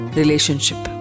relationship